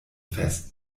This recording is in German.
fest